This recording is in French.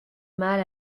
mal